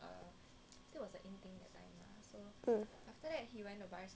um